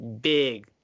big